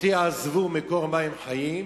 אותי עזבו, מקור מים חיים,